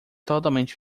totalmente